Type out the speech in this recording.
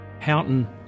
Houghton